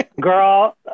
Girl